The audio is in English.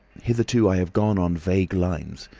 hitherto i have gone on vague lines.